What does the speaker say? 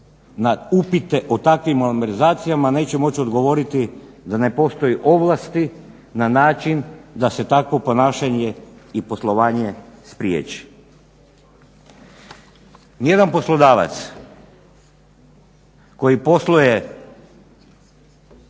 upite o takvim malverzacijama neće moći odgovoriti da ne postoji ovlasti na način da se takvo ponašanje i poslovanje spriječi. Ni jedan poslodavac koji posluje